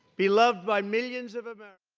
beloved by millions of um ah